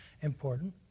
important